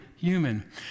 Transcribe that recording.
human